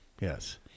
Yes